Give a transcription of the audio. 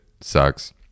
sucks